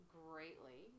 greatly